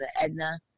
Edna